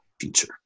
future